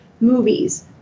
movies